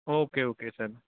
okay okay sir